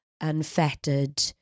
unfettered